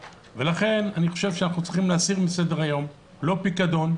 לכן אני חושב שאנחנו צריכים להסיר מסדר היום את הפיקדון,